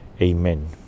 Amen